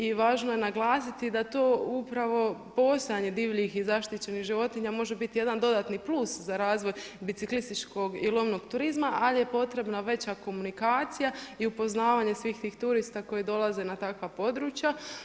I važno je naglasiti da to upravo postojanje divljih i zaštićenih životinja može biti jedan dodatni plus za razvoj biciklističkog i lovnog turizma, ali je potrebna veća komunikacija i upoznavanje svih tih turista koji dolaze na takva područja.